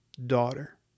Daughter